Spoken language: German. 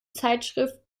zeitschrift